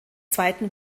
zweiten